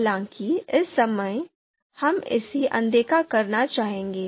हालाँकि इस समय हम इसे अनदेखा करना चाहेंगे